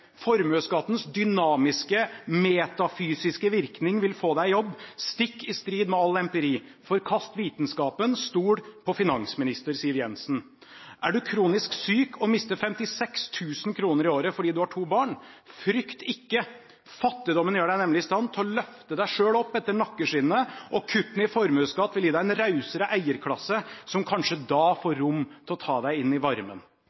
formuesskattens dynamiske metafysiske virkning vil få deg i jobb, stikk i strid med all empiri. Forkast vitenskapen, stol på finansminister Siv Jensen! Er du kronisk syk og mister 56 000 kr i året fordi du har to barn? Frykt ikke, fattigdommen gjør deg nemlig i stand til å løfte deg selv opp etter nakkeskinnet, og kuttene i formuesskatt vil gi deg en rausere eierklasse som kanskje da får rom til å ta deg inn i varmen.